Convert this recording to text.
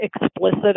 explicit